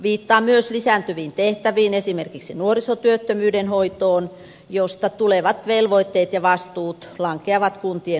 viittaan myös lisääntyviin tehtäviin esimerkiksi nuorisotyöttömyyden hoitoon josta tulevat velvoitteet ja vastuut lankeavat kuntien hoidettavaksi